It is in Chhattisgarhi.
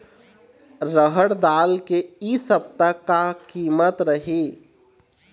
रहड़ दाल के इ सप्ता का कीमत रही?